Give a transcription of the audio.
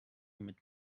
mit